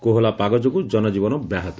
କୋହଲା ପାଗ ଯୋଗୁଁ ଜନଜୀବନ ବ୍ୟାହତ